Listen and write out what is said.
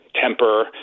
temper